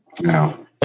no